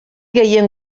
gehien